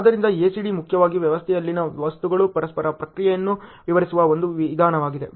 ಆದ್ದರಿಂದ ACD ಮುಖ್ಯವಾಗಿ ವ್ಯವಸ್ಥೆಯಲ್ಲಿನ ವಸ್ತುಗಳ ಪರಸ್ಪರ ಕ್ರಿಯೆಯನ್ನು ವಿವರಿಸುವ ಒಂದು ವಿಧಾನವಾಗಿದೆ